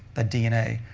that dna,